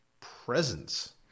presence